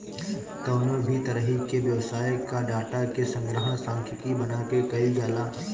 कवनो भी तरही के व्यवसाय कअ डाटा के संग्रहण सांख्यिकी बना के कईल जाला